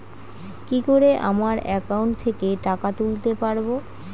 কি করে আমার একাউন্ট থেকে টাকা তুলতে পারব?